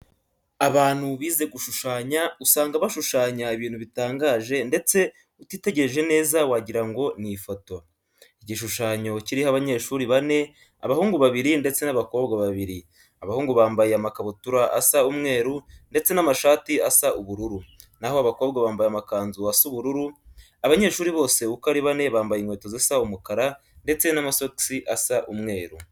Abantu bize gushushanya usanga bashushanya ibintu bitangaje ndetse utitegereje neza wagira ngo ni ifoto. Igishushanyo kiriho abanyeshuri bane, abahungu babiri, ndetse n'abakobwa babiri. Abahungu bambaye amakabutura asa umweru, ndetse n'amashati asa ubururu, naho abakobwa bambaye amakanzu asa ubururu. Abanyeshuri bose uko ari bane bambaye inkweto zisa umukara ndetse n'amasogisi asa umweru.